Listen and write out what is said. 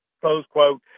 close-quote